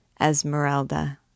Esmeralda